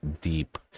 deep